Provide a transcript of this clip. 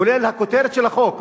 כולל הכותרת של החוק,